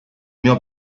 mio